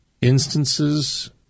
instances